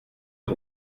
ihr